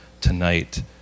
tonight